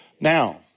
Now